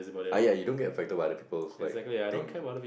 uh ya you don't get affected by other people's like thing